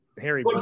Harry